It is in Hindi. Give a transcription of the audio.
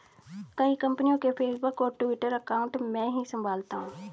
कई कंपनियों के फेसबुक और ट्विटर अकाउंट मैं ही संभालता हूं